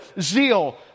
zeal